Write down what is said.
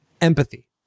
Empathy